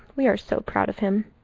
we are so proud of him.